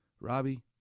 Robbie